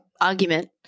argument